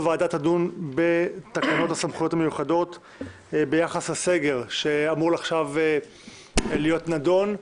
ועדה תדון בתקנות הסמכויות המיוחדות ביחס לסגר שאמור עכשיו להיות נדון.